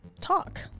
talk